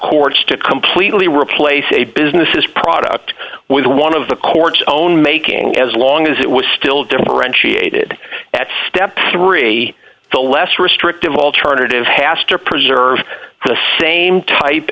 courts to completely replace a business's product with one of the court's own making as long as it was still differentiated at step three a the less restrictive alternative hastur preserve the same type